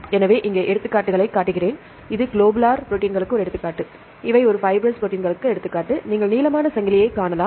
எனவே இங்கே எடுத்துக்காட்டுகளைக் காட்டுகிறேன் இது குளோபுலர் ப்ரோடீன்களுக்கு ஒரு எடுத்துக்காட்டு இவை ஒரு பைப்ரஸ் ப்ரோடீன்னிற்கு ஒரு எடுத்துக்காட்டு நீங்கள் நீளமான சங்கிலிகளைக் காணலாம்